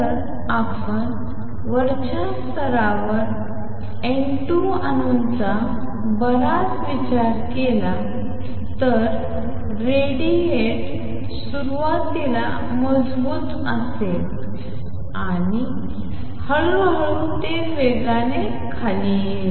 जर आपण वरच्या स्तरावर N2 अणूंचा बराच विचार केला तर रेडिएट सुरुवातीला मजबूत असेल आणि हळूहळू ते वेगाने खाली येईल